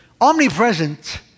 Omnipresent